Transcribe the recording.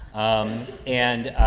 um, and,